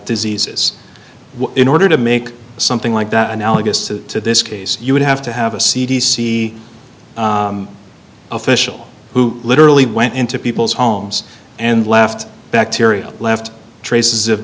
diseases in order to make something like that analogous to this case you would have to have a cd see official who literally went into people's homes and left bacteria left traces of